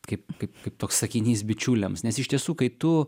kaip kaip kaip toks sakinys bičiuliams nes iš tiesų kai tu